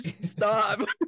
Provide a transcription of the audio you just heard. stop